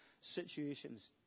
situations